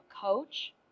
coach